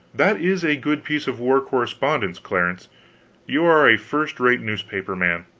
that is a good piece of war correspondence, clarence you are a first-rate newspaper man.